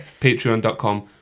Patreon.com